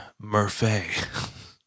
murphy